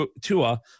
Tua